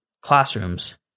classrooms